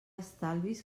estalvis